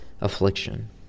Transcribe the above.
affliction